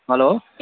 hello